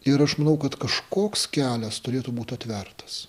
ir aš manau kad kažkoks kelias turėtų būt atvertas